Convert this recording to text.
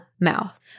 mouth